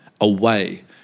away